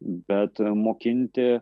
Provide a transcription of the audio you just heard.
bet mokinti